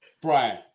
Brian